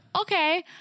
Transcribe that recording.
okay